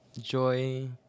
joy